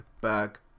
back